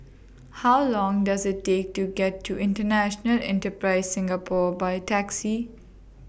How Long Does IT Take to get to International Enterprise Singapore By Taxi